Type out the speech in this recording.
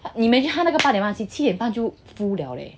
你们每天他那个八点半七点半就 full liao eh